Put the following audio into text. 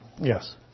Yes